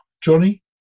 Johnny